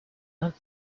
not